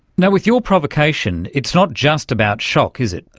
now, with your provocation it's not just about shock, is it?